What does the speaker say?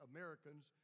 Americans